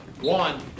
one